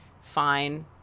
fine